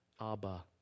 Abba